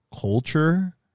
culture